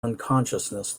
unconsciousness